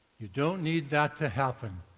you don't need that to happen.